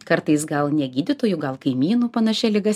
kartais gal negydytųjų gal kaimynų panašia liga